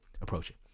approaching